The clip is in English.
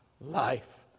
life